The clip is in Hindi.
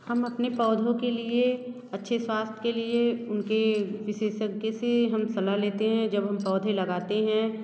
हम अपने पौधों के लिए अच्छे स्वास्थ्य के लिए उनके विशेषज्ञ से सलाह लेते हैं जब हम पौधे लगाते हैं